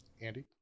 Andy